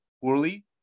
poorly